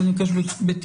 אבל אני מבקש בתמצות.